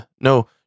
No